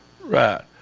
Right